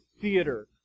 theater